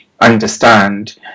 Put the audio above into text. understand